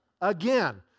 Again